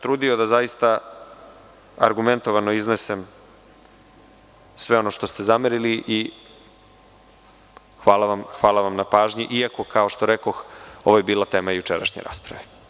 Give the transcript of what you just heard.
Trudio sam se da zaista argumentovano iznesem sve ono što ste zamerili i hvala vam na pažnji, iako je, kao što rekoh, ovo bila tema jučerašnje rasprave.